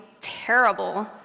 terrible